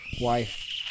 Wife